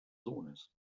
sohnes